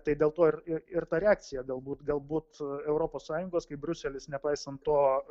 tai dėl to ir ir ir ta reakcija galbūt galbūt europos sąjungos kaip briuselis nepaisant to